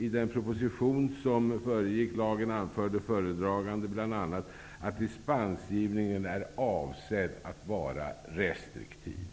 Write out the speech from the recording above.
I den proposition som föregick lagen anförde föredragande bl.a. att dispensgivningen är avsedd att vara restriktiv.''